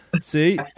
see